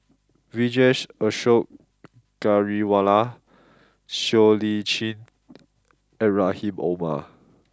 Vijesh Ashok Ghariwala Siow Lee Chin and Rahim Omar